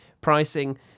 pricing